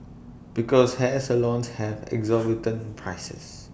because hair salons have exorbitant prices